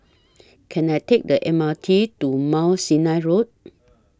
Can I Take The M R T to Mount Sinai Road